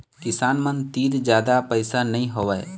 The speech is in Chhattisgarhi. किसान मन तीर जादा पइसा नइ होवय